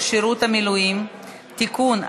שירות המילואים (תיקון,